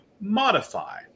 modify